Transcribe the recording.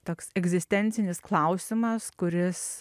toks egzistencinis klausimas kuris